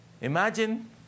Imagine